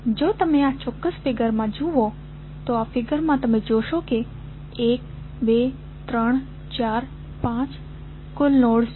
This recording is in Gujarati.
તો જો તમે આ ચોક્ક્સ ફિગર જુઓ તો આ ફિગરમાં તમે જોશો કે 1 2 3 4 5 કુલ નોડ્સ છે